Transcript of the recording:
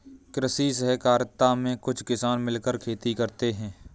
कृषि सहकारिता में कुछ किसान मिलकर खेती करते हैं